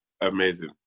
amazing